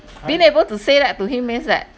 being able to say that to him means that